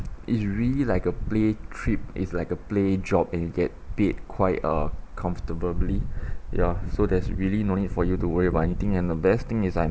it's really like a play trip it's like a play job and you get paid quite uh comfortably ya so there's really no need for you to worry about anything and the best thing is I